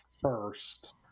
first